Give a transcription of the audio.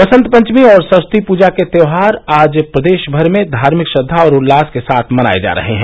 बसंत पंचमी और सरस्वती पूजा के त्यौहार आज प्रदेश भर में धार्भिक श्रद्धा और उल्लास के साथ मनाए जा रहे हैं